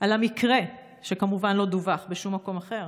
על המקרה, שכמובן לא דווח בשום מקום אחר.